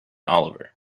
oliver